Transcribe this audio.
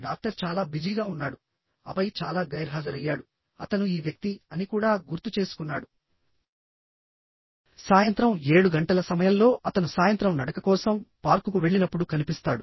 doctor చాలా బిజీగా ఉన్నాడు ఆపై చాలా గైర్హాజరయ్యాడుఅతను ఈ వ్యక్తి అని కూడా గుర్తు చేసుకున్నాడు సాయంత్రం 7 గంటల సమయంలో అతను సాయంత్రం నడక కోసం పార్కుకు వెళ్ళినప్పుడు కనిపిస్తాడు